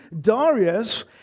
Darius